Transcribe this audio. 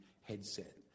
headset